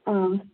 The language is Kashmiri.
آ